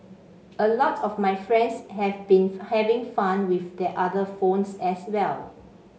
a lot of my friends have been having fun with their other phones as well